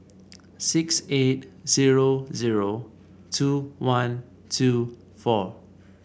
six eight zero zero two one two four